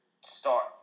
start